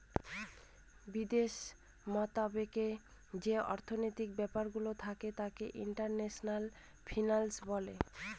বিদেশ মতাবেকে যে অর্থনৈতিক ব্যাপারগুলো থাকে তাকে ইন্টারন্যাশনাল ফিন্যান্স বলে